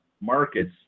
markets